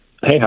Hey